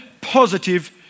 positive